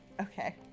Okay